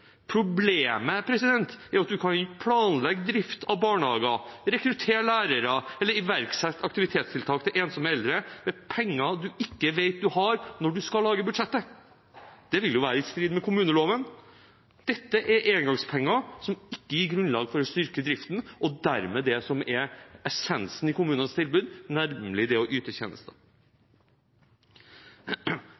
Problemet er at man jo ikke kan planlegge drift av barnehager, rekruttere lærere eller iverksette aktivitetstiltak til ensomme eldre med penger man ikke vet man har når man skal lage budsjettet. Det ville være i strid med kommuneloven. Dette er engangspenger som ikke gir grunnlag for å styrke driften, og dermed det som er essensen i kommunenes tilbud, nemlig det å yte tjenester.